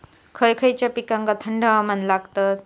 खय खयच्या पिकांका थंड हवामान लागतं?